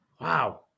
wow